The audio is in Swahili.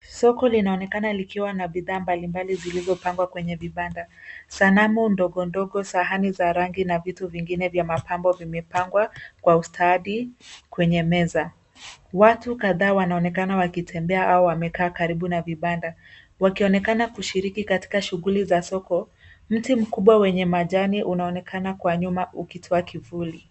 Soko linaonekana likiwa na bidhaa mbalimbali zilizopangwa kwenye vibanda. Sanamu ndogo ndogo, sahani za rangi, na vitu vingine vya mapambo vimepangwa kwa ustadi, kwenye meza. Watu kadhaa wanaonekana wakitembea au wamekaa karibu na vibanda, wakionekana kushiriki katika shughuli za soko. Mti mkubwa wenye majani unaonekana kwa nyuma ukitoa kivuli.